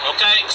Okay